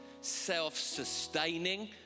self-sustaining